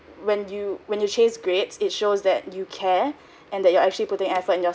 when you when you chase grades it shows that you care and that you are actually putting effort in your